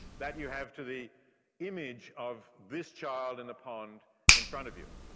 that you have to the image of this child in the pond in front of you.